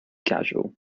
casual